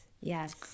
yes